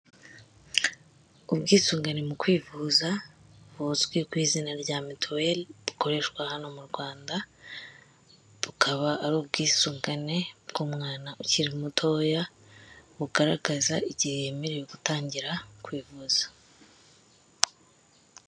Ubwisungane mu kwivuza, buzwi ku izina rya mituweli, bukoreshwa hano mu Rwanda, bukaba ari ubwisungane bw'umwana ukiri mutoya, bugaragaza igihe yemerewe gutangira kwivuza.